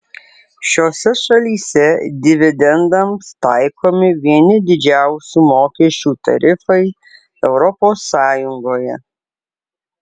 šiose šalyse dividendams taikomi vieni didžiausių mokesčių tarifai europos sąjungoje